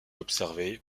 observé